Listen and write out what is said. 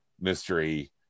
mystery